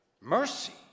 Mercy